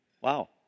Wow